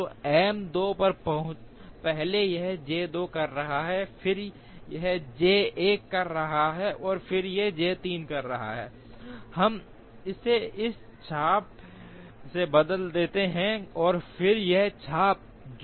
तो M 2 पर पहले यह J 2 कर रहा है फिर यह J 1 कर रहा है और फिर यह J 3 कर रहा है हम इसे इस चाप से बदल देते हैं और फिर यह चाप जो यह है